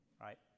Right